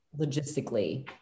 logistically